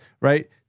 right